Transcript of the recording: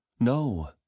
No